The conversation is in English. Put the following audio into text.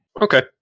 Okay